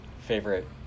Favorite